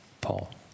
Paul